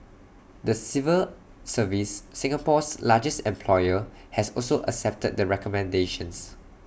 the civil service Singapore's largest employer has also accepted the recommendations